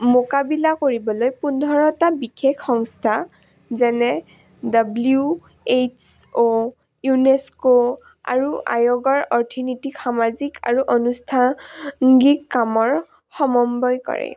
মোকাবিলা কৰিবলৈ পোন্ধৰটা বিশেষ সংস্থা যেনে ডাব্লিউ এইচ অ' ইউনেছক' আৰু আয়োগৰ অৰ্থনীতিক সামাজিক আৰু অনুষ্ঠাংগিক কামৰ সমম্বয় কৰে